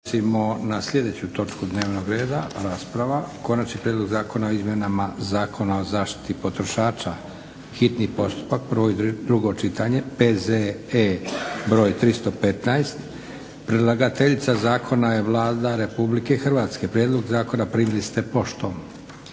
na sljedeću točku dnevnog reda, rasprava - Konačni prijedlog zakona o izmjenama Zakona o zaštiti potrošača, hitni postupak, prvo i drugo čitanje, P.Z.E. br. 315. Predlagateljica zakona je Vlada Republike Hrvatske. Prijedlog zakona primili ste poštom.